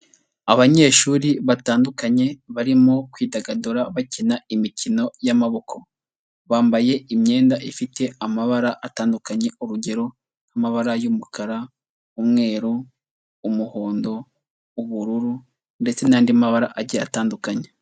Abanyeshuri batandukanye barimo kwidagadura bakina imikino y'amaboko, bambaye imyenda ifite amabara atandukanye urugero nk'amabara y'umukara, umweru, umuhondo, ubururu ndetse n'andi mabara agiye atandukanye.